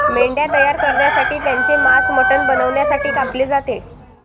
मेंढ्या तयार करण्यासाठी त्यांचे मांस मटण बनवण्यासाठी कापले जाते